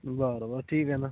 बरं बरं ठीक आहे ना